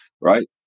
right